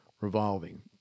revolving